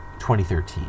2013